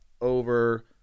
over